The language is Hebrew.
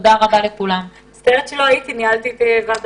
תודה רבה, הישיבה נעולה.